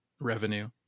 revenue